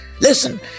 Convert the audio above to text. Listen